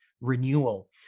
Renewal